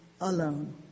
alone